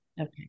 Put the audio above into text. okay